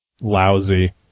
lousy